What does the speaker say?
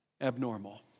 abnormal